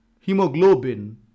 hemoglobin